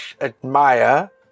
admire